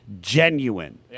genuine